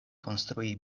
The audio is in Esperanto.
konstrui